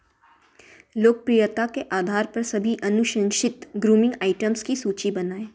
लोकप्रियता के आधार पर सभी अनुशंषित ग्रूमिंग आइटम्स की सूची बनाएँ